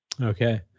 Okay